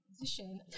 position